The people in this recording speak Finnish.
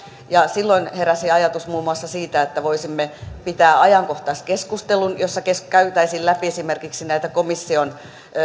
silloin heräsi ajatus muun muassa siitä että voisimme pitää ajankohtaiskeskustelun jossa käytäisiin läpi esimerkiksi näitä komission